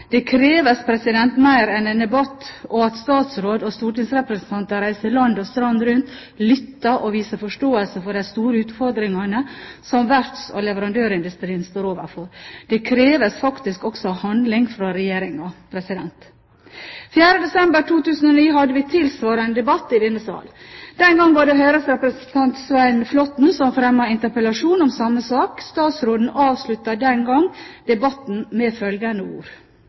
det kreves mer enn en debatt og at statsråd og stortingsrepresentanter reiser land og strand rundt, lytter og viser forståelse for de store utfordringene som verfts- og leverandørindustrien står overfor. Det kreves faktisk også handling fra Regjeringen. 4. desember 2009 hadde vi tilsvarende debatt i denne sal. Den gang var det Høyres representant Svein Flåtten som fremmet en interpellasjon om samme sak. Statsråden avsluttet den gang debatten med følgende ord: